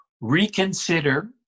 reconsider